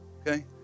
okay